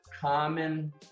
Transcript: common